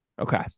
Okay